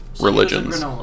religions